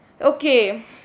okay